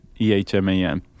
E-H-M-A-N